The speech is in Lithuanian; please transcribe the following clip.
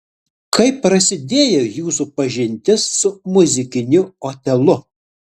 kaip prasidėjo jūsų pažintis su muzikiniu otelu